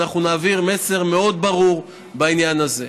ואנחנו נעביר מסר מאוד ברור בעניין הזה.